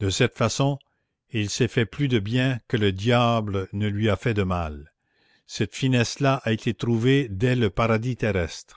de cette façon il s'est fait plus de bien que le diable ne lui a fait de mal cette finesse là a été trouvée dès le paradis terrestre